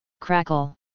Crackle